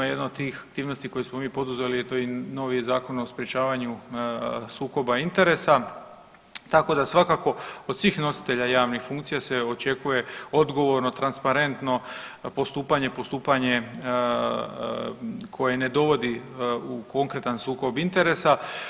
Jedna od tih aktivnosti koje smo mi poduzeli je novi Zakon o sprječavanju sukoba interesa, tako da svakako od svih nositelja javnih funkcija se očekuje odgovorno, transparentno postupanje, postupanje koje ne dovodi u konkretan sukob interesa.